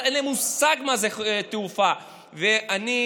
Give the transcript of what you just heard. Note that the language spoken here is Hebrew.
בכלל אין להם מושג מה זה תעופה,